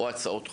או הצעות חוק,